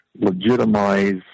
Legitimize